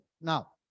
Now